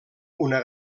una